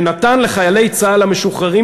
שנתן לחיילי צה"ל המשוחררים